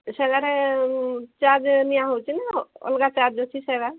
ସେଗୁଡାରେ charge ନିଆ ହେଉଛି ନା ଅଲଗା ଚାର୍ଜ୍ ଅଛି ସେଗୁଡା